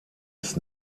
ist